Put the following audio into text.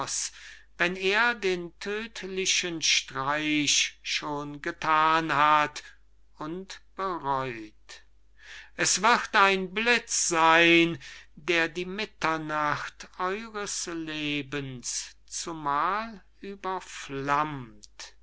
wenn er den tödlichen streich schon gethan hat und bereut es wird ein blitz seyn der die mitternacht eures lebens zumal